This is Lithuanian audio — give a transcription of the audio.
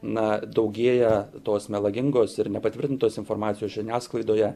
na daugėja tos melagingos ir nepatvirtintos informacijos žiniasklaidoje